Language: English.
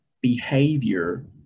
behavior